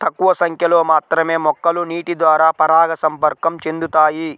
తక్కువ సంఖ్యలో మాత్రమే మొక్కలు నీటిద్వారా పరాగసంపర్కం చెందుతాయి